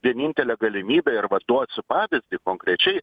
vienintelė galimybė arba duosiu pavyzdį konkrečiai